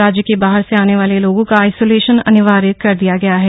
राज्य के बाहर से आने वाले लोगों का आइसोलेशन अनिवार्य कर दिया गया है